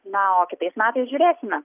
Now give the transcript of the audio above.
na o kitais metais žiūrėsime